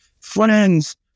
Friends